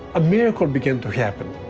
a miracle began to happen.